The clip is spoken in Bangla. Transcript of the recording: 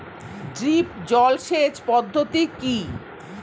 ড্রিপ জল সেচ পদ্ধতি কি?